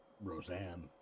Roseanne